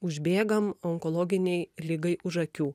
užbėgam onkologinei ligai už akių